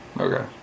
Okay